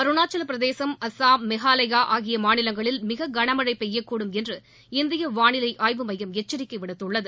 அருணாச்சவப் பிரதேசம் அசாம் மேகாலயா ஆகிய மாநிலங்களில் மிக கன மழை பெய்யக்கூடும் என்று இந்திய வானிலை ஆய்வு மையம் எச்சரிக்கை விடுத்துள்ளது